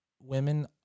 women